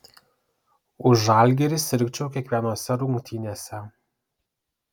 už žalgirį sirgčiau kiekvienose rungtynėse